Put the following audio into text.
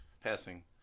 Passing